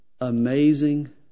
amazing